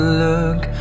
look